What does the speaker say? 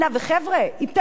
היא מעוגנת בחוק.